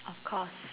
of course